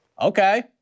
Okay